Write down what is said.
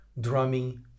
drumming